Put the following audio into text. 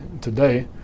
today